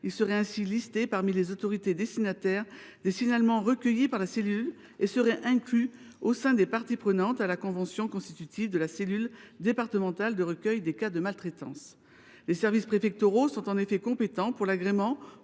Il serait ainsi inclus dans la liste des autorités destinataires des signalements recueillis par la cellule et deviendrait l’une des parties prenantes à la convention constitutive de la cellule départementale de recueil des cas de maltraitance. Les services préfectoraux sont en effet compétents pour l’agrément